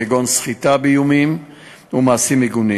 כגון סחיטה באיומים ומעשים מגונים.